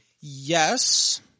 Yes